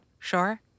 Sure